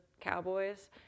cowboys